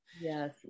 Yes